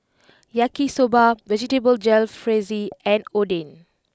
Yaki Soba Vegetable Jalfrezi and Oden